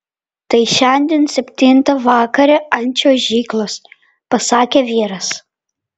tai šiandien septintą vakare ant čiuožyklos pasakė vyras